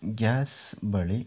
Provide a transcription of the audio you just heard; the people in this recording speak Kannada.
ಗ್ಯಾಸ್ ಬಳಿ